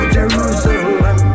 Jerusalem